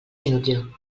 inútil